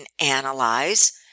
analyze